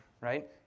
right